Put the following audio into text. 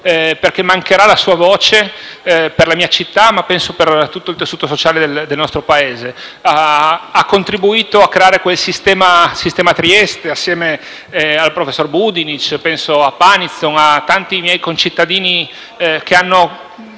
perché mancherà la sua voce per la mia città, ma penso anche per tutto il tessuto sociale del nostro Paese. Ha contribuito a creare quel sistema Trieste, insieme al professor Budinich, a Panizon e a tanti miei concittadini che hanno